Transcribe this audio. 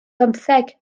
bymtheg